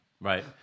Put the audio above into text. Right